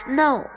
Snow